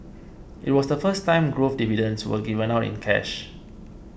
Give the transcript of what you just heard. it was the first time growth dividends were given out in cash